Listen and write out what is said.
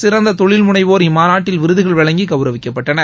சிறந்த தொழில் முனைவோர் இம்மாநாட்டில் விருதுகள் வழங்கி கவுரவிக்கப்பட்டனர்